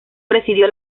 presidió